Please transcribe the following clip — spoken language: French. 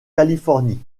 californie